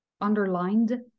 underlined